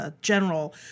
General